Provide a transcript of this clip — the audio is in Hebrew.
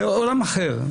זה עולם אחר.